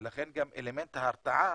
ולכן גם אלמנט ההרתעה